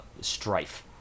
strife